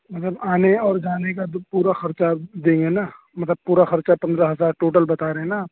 اگر آنے اور جانے کا پورا خرچہ دیں گے نا مطلب پورا خرچہ پندرہ ہزار ٹوٹل بتا رہے ہیں نا آپ